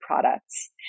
products